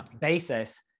basis